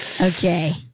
Okay